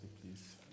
please